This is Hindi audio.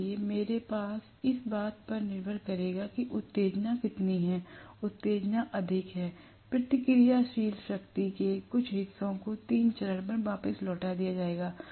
इसलिए मेरे पास इस बात पर निर्भर करेगा कि उत्तेजना कितनी है उत्तेजना अधिक है प्रतिक्रियाशील शक्ति के कुछ हिस्से को तीन चरण पर वापस लौटा दिया जाएगा